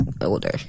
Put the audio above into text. older